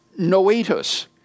Noetus